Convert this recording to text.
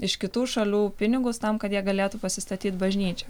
iš kitų šalių pinigus tam kad jie galėtų pasistatyt bažnyčią